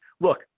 Look